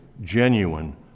genuine